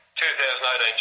2018